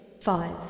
five